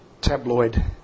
tabloid